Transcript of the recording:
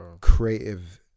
creative